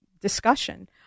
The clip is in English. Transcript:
discussion